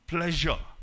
Pleasure